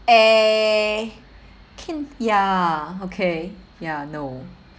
eh keen ya okay ya no